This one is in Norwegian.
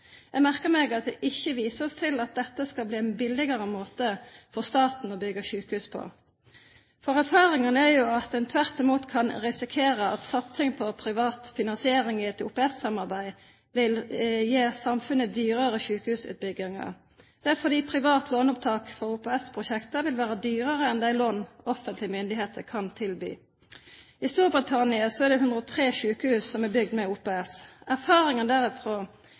Jeg merker meg at det ikke vises til at dette skal bli en billigere måte for staten å bygge sykehus på. Erfaringene er at en tvert imot kan risikere at satsing på privatfinansiering i et OPS-samarbeid vil gi samfunnet dyrere sykehusutbygginger. Det er fordi privat låneopptak for OPS-prosjekter vil være dyrere enn de lån offentlige myndigheter kan tilby. I Storbritannia er det 103 sykehus som er bygd med OPS.